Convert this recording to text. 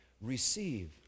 Receive